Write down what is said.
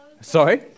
Sorry